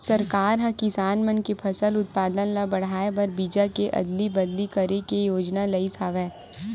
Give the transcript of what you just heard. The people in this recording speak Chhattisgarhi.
सरकार ह किसान मन के फसल उत्पादन ल बड़हाए बर बीजा के अदली बदली करे के योजना लइस हवय